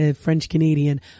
French-Canadian